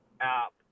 app